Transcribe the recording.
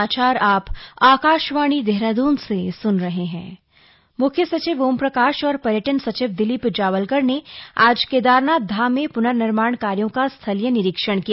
केदारनाथ निरीक्षण म्ख्य सचिव ओमप्रकाश और पर्यटन सचिव दिलीप जावलकर ने आज केदारनाथ धाम में प्नर्निर्माण कार्यों का स्थलीय निरीक्षण किया